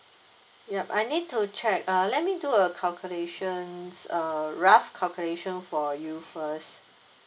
yup I need to check uh let me do a calculations a rough calculation for you first